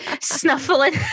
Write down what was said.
snuffling